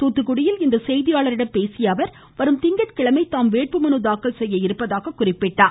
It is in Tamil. தூத்துக்குடியில் இன்று செய்தியாளர்களிடம் பேசிய அவர் வரும் திங்கட்கிழமை தாம் வேட்புமனு தாக்கல் செய்ய இருப்பதாகவும் குறிப்பிட்டார்